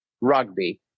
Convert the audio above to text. rugby